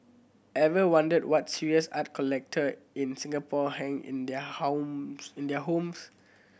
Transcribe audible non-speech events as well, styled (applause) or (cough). ever wondered what serious art collector in Singapore hang in their (unintelligible) in their homes